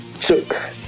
took